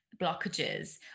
blockages